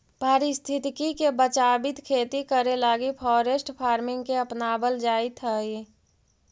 पारिस्थितिकी के बचाबित खेती करे लागी फॉरेस्ट फार्मिंग के अपनाबल जाइत हई